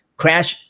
crash